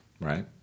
right